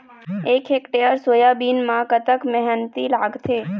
एक hectare soybean म कतक मेहनती लागथे?